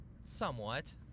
Somewhat